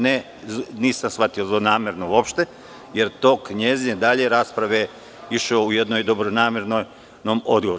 Nisam shvatio zlonamerno uopšte, jer tok njezine dalje rasprave išao je u jednoj dobronamernom odgovoru.